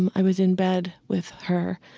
and i was in bed with her,